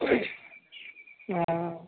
हँ